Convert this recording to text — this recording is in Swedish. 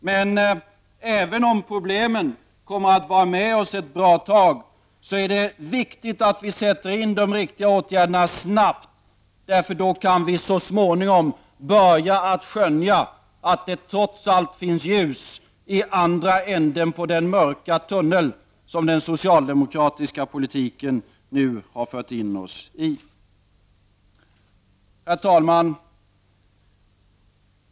Men även om problemen kommer att vara med oss ett bra tag, är det viktigt att vi sätter in de riktiga åtgärderna snabbt, för då kan vi så småningom börja skönja att det trots allt finns ljus i andra ändan av den mörka tunnel som den socialdemokratiska politiken nu har fört in oss i. Herr talman!